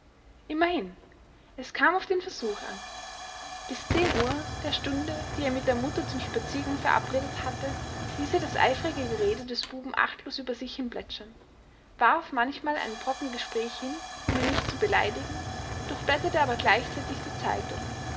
immerhin es kam auf den versuch an bis zehn uhr der stunde die er mit der mutter zum spaziergang verabredet hatte ließ er das eifrige gerede des buben achtlos über sich hinplätschern warf manchmal einen brocken gespräch hin um ihn nicht zu beleidigen durchblätterte aber gleichzeitig die zeitung